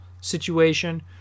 situation